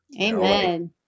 Amen